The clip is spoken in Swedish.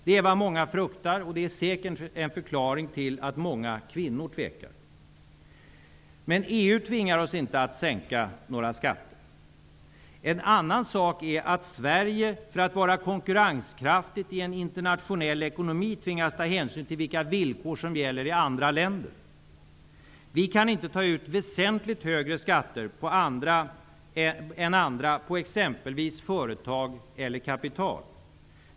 Det är vad många fruktar, och det är säkert en förklaring till att många kvinnor tvekar. Men EU tvingar oss inte att sänka några skatter. En annan sak är att Sverige för att vara konkurrenskraftigt i en internationell ekonomi tvingas ta hänsyn till vilka villkor som gäller i andra länder. Vi kan inte ta ut väsentligt högre skatter än andra på exempelvis företag och kapital.